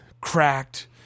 cracked